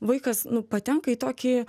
vaikas nu patenka į tokį